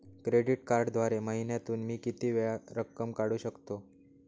Credit कार्डद्वारे महिन्यातून मी किती वेळा रक्कम काढू शकतो?